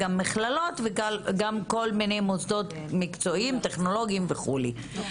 גם מכללות וגם כל מיני מוסדות מקצועיים טכנולוגיים וכדומה.